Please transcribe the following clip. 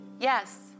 yes